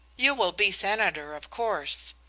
you will be senator, of course?